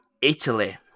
Italy